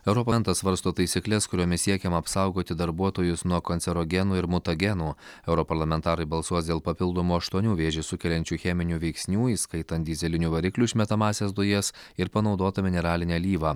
eoroparlamentas svarsto taisykles kuriomis siekiama apsaugoti darbuotojus nuo kancerogenų ir mutagenų europarlamentarai balsuos dėl papildomų aštuonių vėžį sukeliančių cheminių veiksnių įskaitant dyzelinių variklių išmetamąsias dujas ir panaudotą mineralinę alyvą